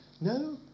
No